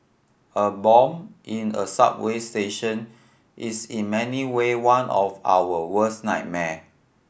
a bomb in a subway station is in many way one of our worst nightmare